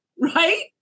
right